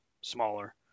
smaller